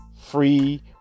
free